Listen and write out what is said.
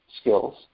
skills